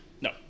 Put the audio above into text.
No